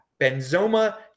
Benzoma